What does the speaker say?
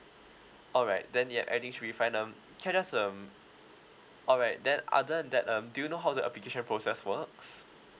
alright then you're adding three five num~ can I just um alright then other than that um do you know how the application process works